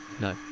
No